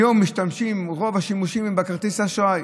היום רוב השימושים הם בכרטיס אשראי,